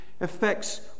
affects